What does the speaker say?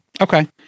Okay